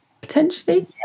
potentially